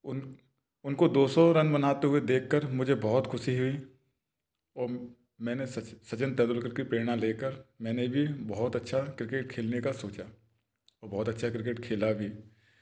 उनको दो सौ रन बनाते हुए देखकर मुझे बहुत खुशी हुई और मैने सचिन तेंदुलकर की प्रेरणा लेकर मैने भी बहुत अच्छा क्रिकेट खेलने का सोचा बहुत अच्छा क्रिकेट खेला भी